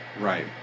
Right